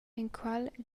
enqual